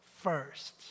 first